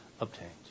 obtained